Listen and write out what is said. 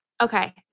Okay